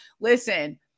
listen